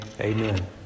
Amen